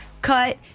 Cut